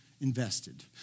invested